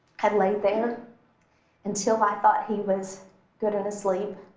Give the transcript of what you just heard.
i laid there until i thought he was good and asleep.